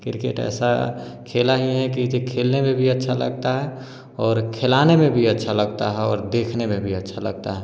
cricket ऐसा खेला ही है कि जे खेलने में भी अच्छा लगता है और खिलाने में भी अच्छा लगता है और देखने में भी अच्छा लगता है